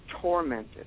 tormented